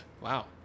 Wow